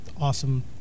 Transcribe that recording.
awesome